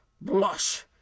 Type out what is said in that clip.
blush